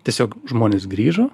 tiesiog žmonės grįžo